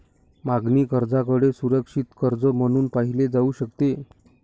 मागणी कर्जाकडे सुरक्षित कर्ज म्हणून पाहिले जाऊ शकते